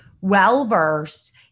well-versed